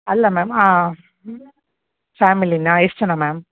ಅಲ್ಲ ಮ್ಯಾಮ್ ಫ್ಯಾಮಿಲಿನಾ ಎಷ್ಟು ಜನ ಮ್ಯಾಮ್